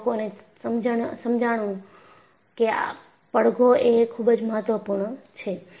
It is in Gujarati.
પછી લોકોને સમજાણું કે પડઘો એ ખૂબ જ મહત્વપૂર્ણ છે